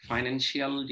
Financial